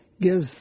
gives